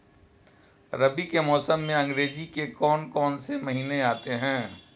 रबी के मौसम में अंग्रेज़ी के कौन कौनसे महीने आते हैं?